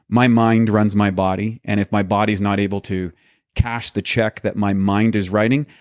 my mind runs my body, and if my body's not able to cash the check that my mind is writing,